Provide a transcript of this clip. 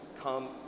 come